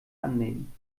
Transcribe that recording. annehmen